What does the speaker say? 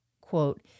quote